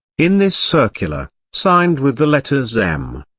in this circular, signed with the letters m.